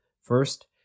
First